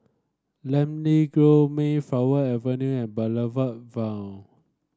Namly Grove Mayflower Avenue and Boulevard Vue